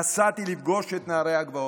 נסעתי לפגוש את נערי הגבעות,